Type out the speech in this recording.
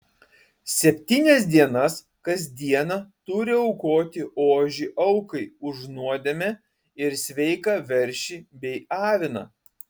septynias dienas kas dieną turi aukoti ožį aukai už nuodėmę ir sveiką veršį bei aviną